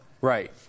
right